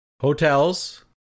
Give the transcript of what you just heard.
Hotels